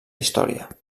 història